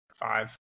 Five